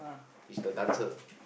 he's the dancer